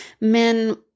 men –